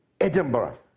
edinburgh